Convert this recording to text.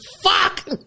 Fuck